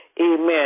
amen